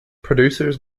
producers